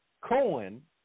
Cohen